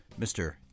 Mr